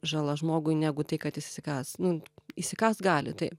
žala žmogui negu tai kad is įsikąs nu įsikąst gali taip